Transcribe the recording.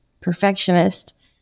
perfectionist